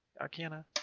Arcana